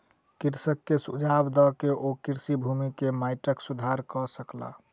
कृषक के सुझाव दय के ओ कृषि भूमि के माइटक सुधार कय सकला